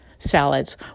Salads